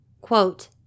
Quote